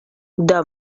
the